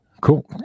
Cool